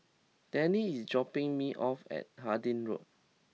Tennie is dropping me off at Harding Road